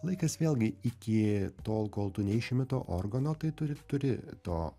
laikas vėlgi iki tol kol tu neišimi to organo tai turi turi to